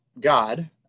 God